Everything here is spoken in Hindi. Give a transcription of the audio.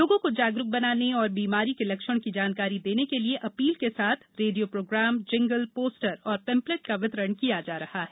लोगों को जागरूक बनाने एवं बीमारी के लक्षण की जानकारी देने के लिए अपील के साथ रेडियो प्रोग्राम जिंगल पोस्टर और पम्पलेट का वितरण किया जा रहा है